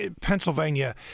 Pennsylvania